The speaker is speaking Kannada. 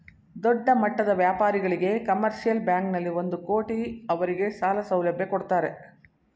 ದೊಡ್ಡಮಟ್ಟದ ವ್ಯಾಪಾರಿಗಳಿಗೆ ಕಮರ್ಷಿಯಲ್ ಬ್ಯಾಂಕಲ್ಲಿ ಒಂದು ಕೋಟಿ ಅವರಿಗೆ ಸಾಲ ಸೌಲಭ್ಯ ಕೊಡ್ತಾರೆ